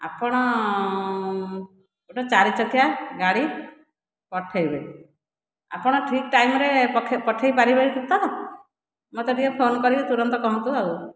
ଆପଣ ଗୋଟିଏ ଚାରି ଚକିଆ ଗାଡ଼ି ପଠେଇବେ ଆପଣ ଠିକ୍ ଟାଇମ୍ ରେ ପଠେଇ ପାରିବେ ତ ମୋତେ ଟିକିଏ ଫୋନ୍ କରିକି ତୁରନ୍ତ କୁହନ୍ତୁ ଆଉ